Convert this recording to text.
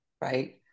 right